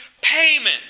payment